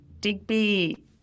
Digby